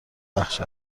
بخش